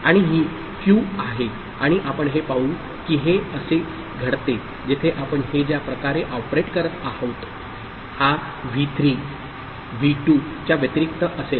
आणि ही Q आहे आणि आपण हे पाहू की हे असे घडते जेथे आपण हे ज्या प्रकारे ऑपरेट करत आहोत हा V3 V2 च्या व्यतिरिक्त असेल